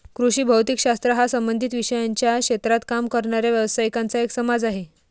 कृषी भौतिक शास्त्र हा संबंधित विषयांच्या क्षेत्रात काम करणाऱ्या व्यावसायिकांचा एक समाज आहे